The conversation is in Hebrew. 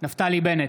נפתלי בנט,